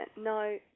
no